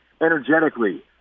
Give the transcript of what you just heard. energetically